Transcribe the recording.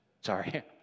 Sorry